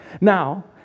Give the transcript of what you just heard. Now